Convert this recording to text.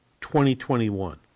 2021